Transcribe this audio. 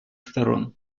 сторон